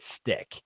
stick